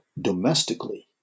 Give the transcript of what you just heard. domestically